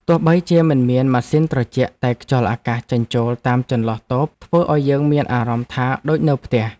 ទោះបីជាមិនមានម៉ាស៊ីនត្រជាក់តែខ្យល់អាកាសចេញចូលតាមចន្លោះតូបធ្វើឱ្យយើងមានអារម្មណ៍ថាដូចនៅផ្ទះ។